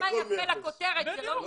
סגן השר לביטחון הפנים דסטה גדי יברקן: